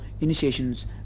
initiations